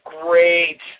great